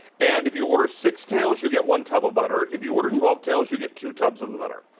and if you order six tails you get one tub of butter. if you order twelve tails, you get two tubs of the butter.